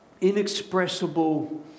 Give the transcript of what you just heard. inexpressible